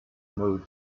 mode